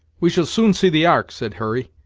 we shall soon see the ark, said hurry,